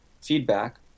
feedback